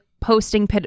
posting